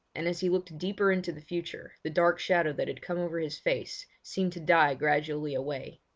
and as he looked deeper into the future the dark shadow that had come over his face seemed to die gradually away.